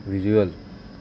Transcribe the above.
visual